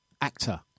actor